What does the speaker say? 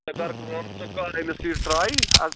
ژٕ کَر کٲم ژٕ کَر أمِس یہِ ٹرٛاے ہا